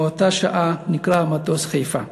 ומאותה שעה נקרא המטוס "חיפה".